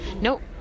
Nope